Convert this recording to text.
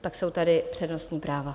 Pak jsou tady přednostní práva.